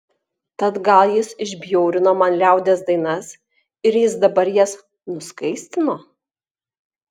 tad gal jis išbjaurino man liaudies dainas ir jis dabar jas nuskaistino